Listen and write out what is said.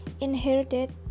inherited